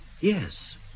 Yes